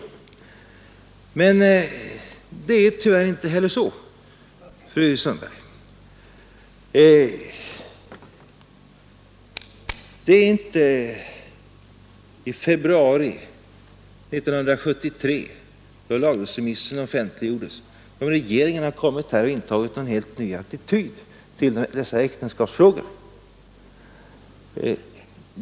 Tyvärr är emellertid även de här påståendena felaktiga fru Sundberg. Det är inte så att regeringen, i februari 1973, då lagrådsremissen offentliggjordes har intagit en helt ny attityd till dessa äktenskapsfrågor.